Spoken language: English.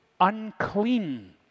unclean